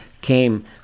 came